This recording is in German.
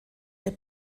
der